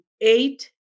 eight